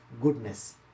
goodness